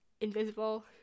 invisible